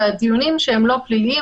והדיונים שהם לא פליליים,